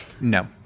No